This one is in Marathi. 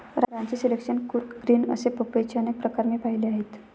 रांची सिलेक्शन, कूर्ग ग्रीन असे पपईचे अनेक प्रकार मी पाहिले आहेत